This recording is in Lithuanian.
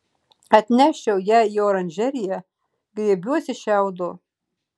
atneščiau ją į oranžeriją griebiuosi šiaudo